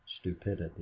stupidity